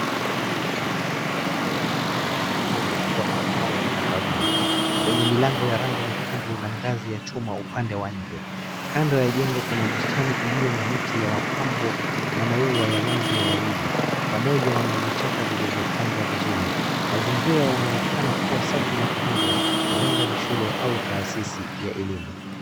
Hili ni jengo la ghorofa mbili lililojengwa kwa mawe ya kahawia, lenye milango ya rangi nyekundu na ngazi ya chuma upande wa nje. Kando ya jengo kuna bustani iliyo na miti ya mapambo na maua ya rangi ya waridi pamoja na vichaka vilivyopangwa vizuri. Mazingira yanaonekana kuwa safi na tulivu, huenda ni shule au taasisi ya elimu.